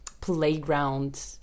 playground